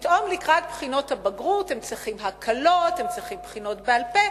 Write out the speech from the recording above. פתאום לקראת בחינות הבגרות הם צריכים הקלות והם צריכים בחינות בעל-פה.